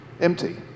empty